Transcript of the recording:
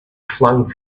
flung